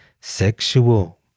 Sexual